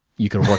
you could